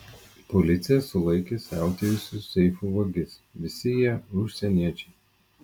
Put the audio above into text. policija sulaikė siautėjusius seifų vagis visi jie užsieniečiai